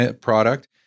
product